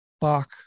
Bach